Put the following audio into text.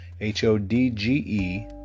H-O-D-G-E